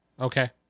Okay